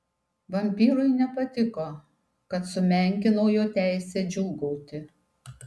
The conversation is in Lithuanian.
vampyrui nepatiko kad sumenkinau jo teisę džiūgauti